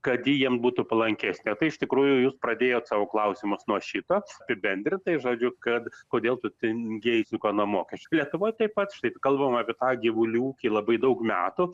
kad ji jiem būtų palankesnė o tai iš tikrųjų jūs pradėjot savo klausimus nuo šito apibendrintai žodžiu kad kodėl turtingieji išsuka nuo mokesčių lietuvoj taip pat štai kalbam apie tą gyvulių ūkį labai daug metų